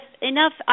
enough